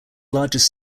largest